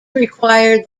required